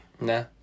Nah